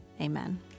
Amen